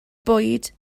bwyd